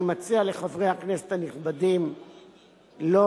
אני מציע לחברי הכנסת הנכבדים לדחות